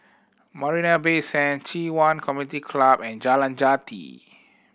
Marina Bay Sand Ci Yuan Community Club and Jalan Jati